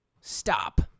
Stop